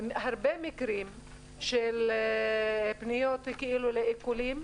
הרבה מקרים של פניות לעיקולים,